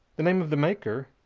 the name of the maker,